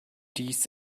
dies